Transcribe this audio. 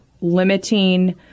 limiting